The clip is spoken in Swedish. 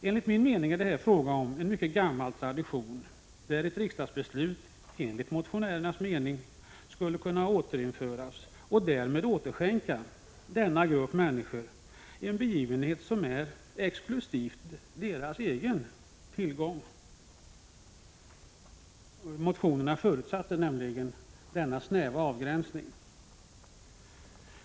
Enligt min mening är det här fråga om en mycket gammal tradition, som ett riksdagsbeslut enligt motionärernas mening skulle kunna återinföra och därmed återskänka denna grupp människor en begivenhet som är exklusivt deras tillgång. Motionerna förutsatte nämligen denna snäva avgränsning.